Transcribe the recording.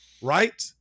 right